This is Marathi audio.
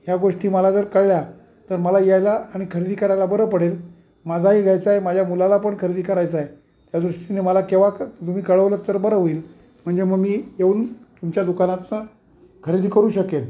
ह्या गोष्टी मला जर कळल्या तर मला यायला आणि खरेदी करायला बरं पडेल माझाही घ्यायचंय माझ्या मुलाला पण खरेदी करायचांय त्या दृष्टीने मला केव्हा क तुम्ही कळवलंच तर बरं होईल म्हणजे मग मी येऊन तुमच्या दुकानाच खरेदी करू शकेल